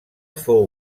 fou